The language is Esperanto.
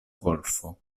golfo